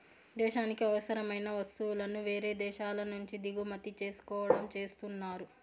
దేశానికి అవసరమైన వస్తువులను వేరే దేశాల నుంచి దిగుమతి చేసుకోవడం చేస్తున్నారు